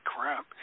crap